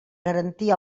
garantir